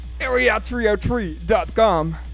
Area303.com